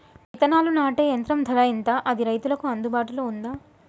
విత్తనాలు నాటే యంత్రం ధర ఎంత అది రైతులకు అందుబాటులో ఉందా?